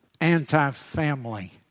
anti-family